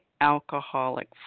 alcoholic